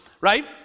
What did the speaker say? right